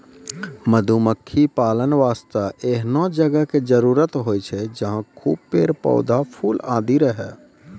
मधुमक्खी पालन वास्तॅ एहनो जगह के जरूरत होय छै जहाँ खूब पेड़, पौधा, फूल आदि रहै